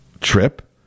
trip